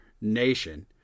nation